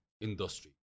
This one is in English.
industry